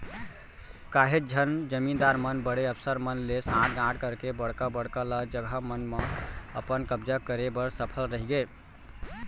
काहेच झन जमींदार मन बड़े अफसर मन ले सांठ गॉंठ करके बड़का बड़का ल जघा मन म अपन कब्जा करे बर सफल रहिगे